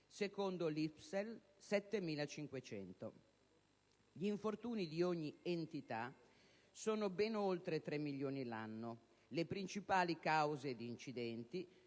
lavoro (ISPESL) 7.500. Gli infortuni, di ogni entità, sono ben oltre tre milioni l'anno. Le principali cause di incidente